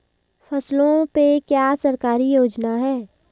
फसलों पे क्या सरकारी योजना है?